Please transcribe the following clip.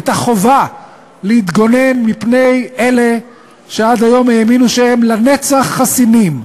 את החובה להתגונן מפני אלה שעד היום האמינו שהם לנצח חסינים.